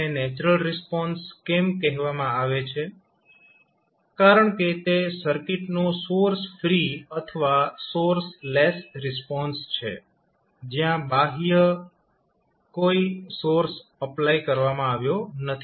તેને natural response કેમ કહેવામાં આવે છે કારણકે તે સર્કિટનો સોર્સ ફ્રી અથવા સોર્સ લેસ રિસ્પોન્સ છે જ્યાં કોઈ બાહ્ય સોર્સ એપ્લાય કરવામાં આવ્યો નથી